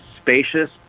spacious